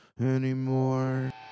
anymore